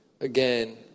again